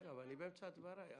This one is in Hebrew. אבל אני באמצע דבריי.